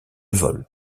vol